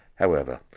however,